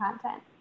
content